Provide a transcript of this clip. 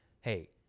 hey